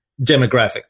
demographic